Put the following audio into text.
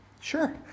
sure